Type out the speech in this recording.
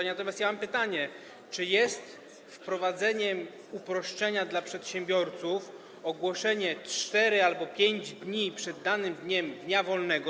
Natomiast mam pytanie: Czy jest wprowadzeniem uproszczenia dla przedsiębiorców ogłoszenie 4 albo 5 dni przed danym dniem dnia wolnego?